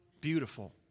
beautiful